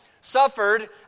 suffered